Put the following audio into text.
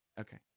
Okay